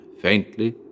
faintly